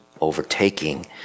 overtaking